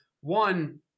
one